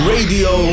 Radio